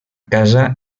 casa